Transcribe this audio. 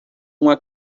uma